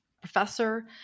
professor